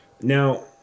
Now